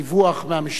אני נמצא בדיווח מהמשטרה,